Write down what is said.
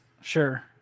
Sure